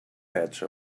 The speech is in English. patch